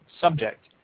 subject